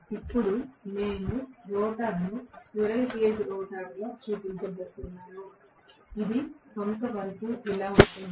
ఇప్పుడు నేను రోటర్ను స్క్విరెల్ కేజ్ రోటర్ గా చూపించబోతున్నాను ఇది కొంతవరకు ఇలా ఉంటుంది